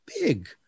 big